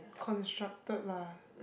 constructed lah